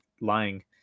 lying